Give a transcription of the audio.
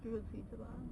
只有吃一次吧